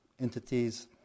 entities